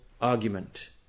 argument